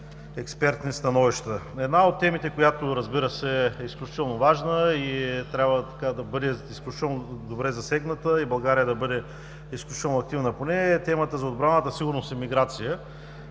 експертни становища. Една от темите, която, разбира се, е изключително важна и трябва да бъде изключително добре засегната и България да бъде изключително активна по нея, е темата за отбраната, сигурност и миграция,